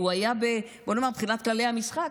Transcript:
הוא היה, בוא נאמר, מבחינת כללי המשחק,